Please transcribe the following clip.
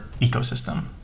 ecosystem